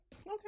Okay